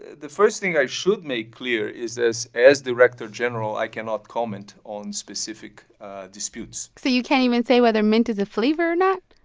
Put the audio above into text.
the first thing i should make clear is that, as director general, i cannot comment on specific disputes so you can't even say whether mint is a flavor or not?